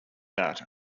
that